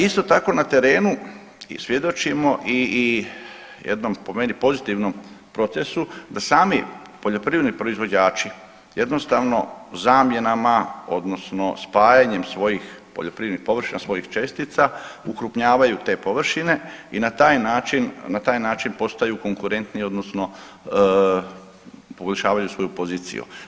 Isto tako na terenu i svjedočimo i jednom po meni pozitivnom procesu da sami poljoprivredni proizvođači jednostavno zamjenama odnosno spajanjem svojih poljoprivrednih površina, svojih čestica okrupnjavaju te površine i na taj način, na taj način postaju konkurentni odnosno poboljšavaju svoju poziciju.